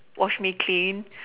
wash me clean